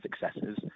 successes